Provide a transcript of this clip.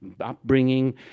upbringing